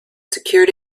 secured